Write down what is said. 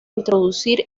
introducir